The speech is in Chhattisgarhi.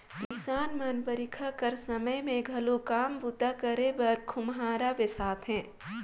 किसान मन बरिखा कर समे मे घलो काम बूता करे बर खोम्हरा बेसाथे